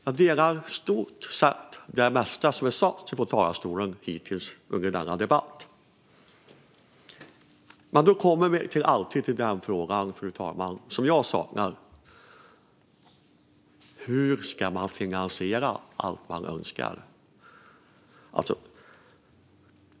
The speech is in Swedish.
Jag instämmer i stort sett i det mesta som sagts från talarstolen hittills under denna debatt. Men vi kommer alltid till den fråga som jag saknar: Hur ska man finansiera allt man önskar?